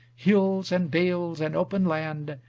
hills and dales and open land,